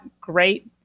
great